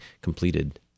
completed